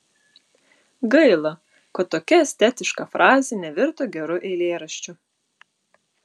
gaila kad tokia estetiška frazė nevirto geru eilėraščiu